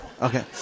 Okay